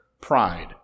pride